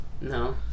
no